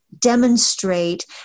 demonstrate